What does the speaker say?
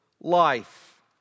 life